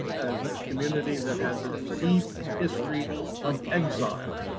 as a community, that has a deep history of exile.